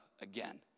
again